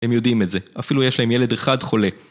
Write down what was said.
הם יודעים את זה. אפילו יש להם ילד אחד חולה.